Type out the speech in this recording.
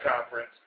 conference